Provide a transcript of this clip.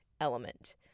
element